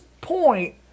point